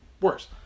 worse